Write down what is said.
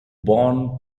born